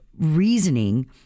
reasoning